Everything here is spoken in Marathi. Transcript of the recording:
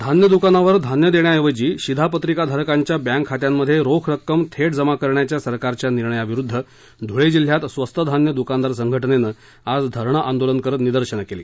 धान्य दुकानावर धान्य देण्याऐवजी शिधा पत्रिकाधारकांच्या बँक खात्यांमध्ये रोख रक्कम थेट जमा करण्याच्या सरकारच्या निर्णयाविरुध्द धुळे जिल्ह्यात स्वस्त धान्य दुकानदार संघटनेनं आज धरणं आंदोलन करत निदर्शेनं केली